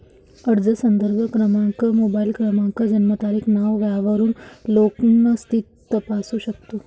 अर्ज संदर्भ क्रमांक, मोबाईल क्रमांक, जन्मतारीख, नाव वापरून लोन स्थिती तपासू शकतो